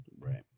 Right